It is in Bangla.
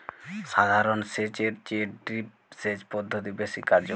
সাধারণ সেচ এর চেয়ে ড্রিপ সেচ পদ্ধতি বেশি কার্যকর